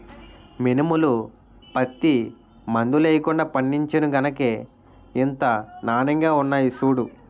మినుములు, పత్తి మందులెయ్యకుండా పండించేను గనకే ఇంత నానెంగా ఉన్నాయ్ సూడూ